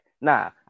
Nah